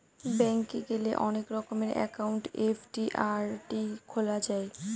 bank গেলে অনেক রকমের একাউন্ট এফ.ডি, আর.ডি খোলা যায়